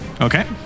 Okay